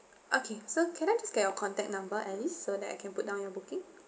okay so can I just get your contact number at least so that I can put down your booking